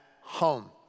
home